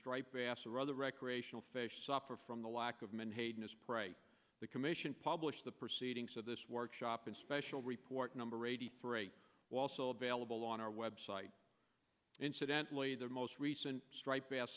striped bass or other recreational fish suffer from the lack of menhaden a sprite the commission published the proceedings of this workshop in a special report number eighty three also available on our website incidentally the most recent striped bass